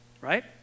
Right